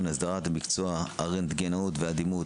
- הסדרת מקצוע הרנטגנאות והדימות),